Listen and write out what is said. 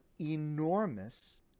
enormous